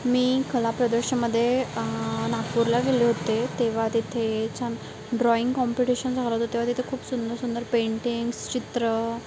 मी कलाप्रदर्शनमध्ये नागपूरला गेले होते तेव्हा तिथे छान ड्रॉईंग कॉम्पिटिशन झालं होतं तेव्हा तिते खूप सुंदर सुंदर पेंटिंग्स चित्रं